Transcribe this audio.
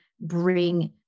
bring